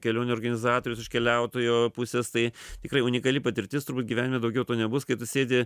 kelionių organizatorius iš keliautojo pusės tai tikrai unikali patirtis turbūt gyvenime daugiau to nebus kai tu sėdi